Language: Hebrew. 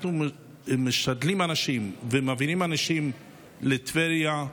אנחנו משדלים אנשים ומעבירים אנשים לטבריה.